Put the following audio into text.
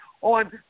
on